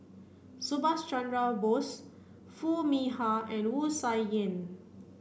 Subhas Chandra Bose Foo Mee Har and Wu Tsai Yen